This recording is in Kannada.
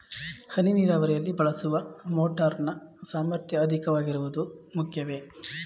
ಹನಿ ನೀರಾವರಿಯಲ್ಲಿ ಬಳಸುವ ಮೋಟಾರ್ ನ ಸಾಮರ್ಥ್ಯ ಅಧಿಕವಾಗಿರುವುದು ಮುಖ್ಯವೇ?